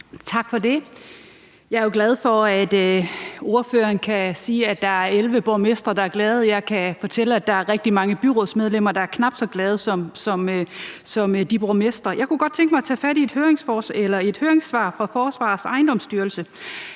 Tak for det. Jeg er jo glad for, at ordføreren kan sige, at der er 11 borgmestre, der er glade. Jeg kan fortælle, at der er rigtig mange byrådsmedlemmer, der er knap så glade som de borgmestre. Jeg kunne godt tænke mig at tage fat i et høringssvar fra Forsvarsministeriets Ejendomsstyrelse,